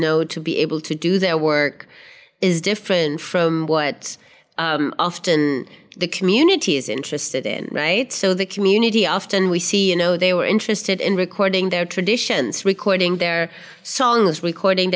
know to be able to do their work is different from what um often the community is interested in right so the community often we see you know they were interested in recording their traditions recording their songs recording